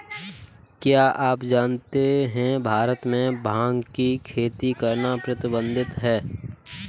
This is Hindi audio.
क्या आप जानते है भारत में भांग की खेती करना प्रतिबंधित है?